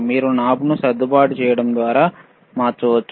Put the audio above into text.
మీరు నాబ్ను సర్దుబాటు చేయడం ద్వారా మార్చవచ్చు